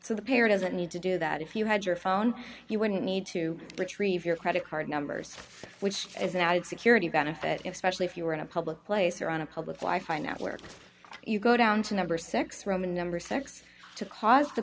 so the pair doesn't need to do that if you had your phone you wouldn't need to retrieve your credit card numbers which is an added security benefit especially if you are in a public place or on a public fly find out where you go down to number six roman number six to cause the